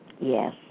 Yes